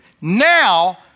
now